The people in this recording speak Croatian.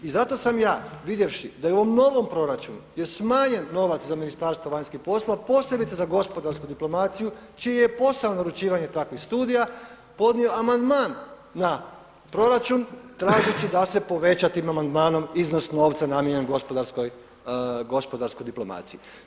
I zato sam ja vidjevši da i u ovom novom proračunu je smanjen novac za Ministarstvo vanjskih poslova posebice za gospodarsku diplomaciju, čiji je posao naručivanje takvih studija, podnio amandman na proračun, tražeći da se poveća tim amandmanom iznos novca namijenjen gospodarskoj diplomaciji.